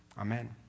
Amen